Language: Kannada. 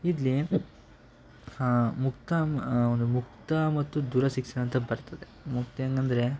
ಇಡ್ಲಿ ಮುಕ್ತ ಒಂದು ಮುಕ್ತ ಮತ್ತು ದೂರ ಶಿಕ್ಷಣ ಅಂತ ಬರ್ತದೆ ಮುಕ್ತ ಹೆಂಗಂದ್ರೆ